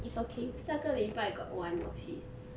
下个礼拜 got one of his